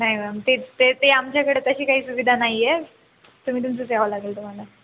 नाही मॅम तेच ते ते आमच्याकडं तशी काही सुविधा नाही आहे तुम्ही तुमचंच यावं लागेल तुम्हाला